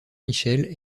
michel